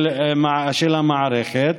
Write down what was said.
של המערכת.